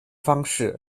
方式